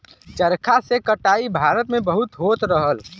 चरखा से कटाई भारत में बहुत होत रहल